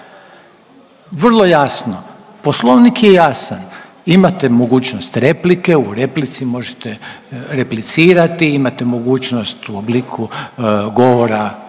Vrlo jasno, poslovnik je jasan, imate mogućnost replike, u replici možete replicirati, imate mogućnost u obliku govora